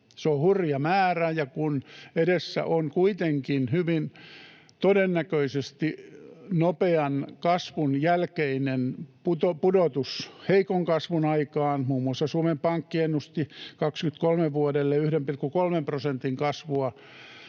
Se on hurja määrä, ja kun edessä on kuitenkin hyvin todennäköisesti nopean kasvun jälkeinen pudotus heikon kasvun aikaan — muun muassa Suomen Pankki ennusti 1,3 prosentin kasvua